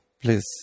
please